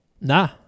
Nah